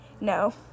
No